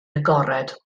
agored